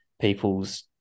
people's